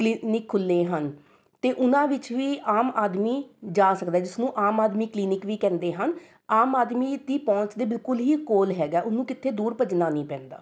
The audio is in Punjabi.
ਕਲੀਨਿਕ ਖੁੱਲ੍ਹੇ ਹਨ ਅਤੇ ਉਹਨਾਂ ਵਿੱਚ ਵੀ ਆਮ ਆਦਮੀ ਜਾ ਸਕਦਾ ਜਿਸ ਨੂੰ ਆਮ ਆਦਮੀ ਕਲੀਨਿਕ ਵੀ ਕਹਿੰਦੇ ਹਨ ਆਮ ਆਦਮੀ ਦੀ ਪਹੁੰਚ ਦੇ ਬਿਲੁਕਲ ਹੀ ਕੋਲ ਹੈਗਾ ਉਹਨੂੰ ਕਿਤੇ ਦੂਰ ਭੱਜਣਾ ਨਹੀਂ ਪੈਂਦਾ